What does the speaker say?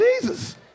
Jesus